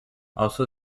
also